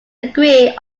agree